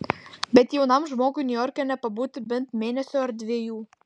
bet jaunam žmogui niujorke nepabūti bent mėnesio ar dviejų